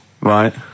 Right